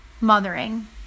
mothering